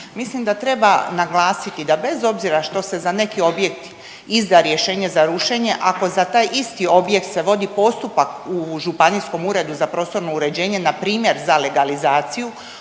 Mislim da treba naglasiti da bez obzira što se za neki objekt izda rješenje za rušenje ako za taj isti objekt se vodi postupak u Županijskom uredu za prostorno uređenje npr. za legalizaciju